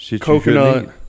coconut